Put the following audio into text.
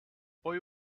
boy